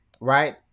right